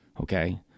okay